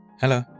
Hello